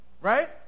Right